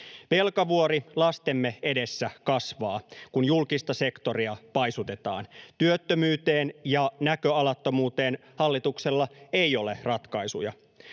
Velkavuori lastemme edessä kasvaa, kun julkista sektoria paisutetaan. Työttömyyteen ja näköalattomuuteen hallituksella ei ole ratkaisuja.